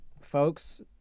folks